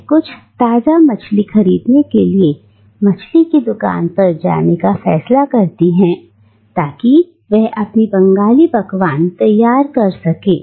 वह कुछ ताजा मछली खरीदने के लिए मछली की दुकान पर जाने का फैसला करती है ताकि वह अपना बंगाली पकवान तैयार कर सके